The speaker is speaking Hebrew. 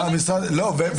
הרבה זמן.